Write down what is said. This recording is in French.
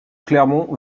clermont